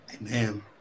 Amen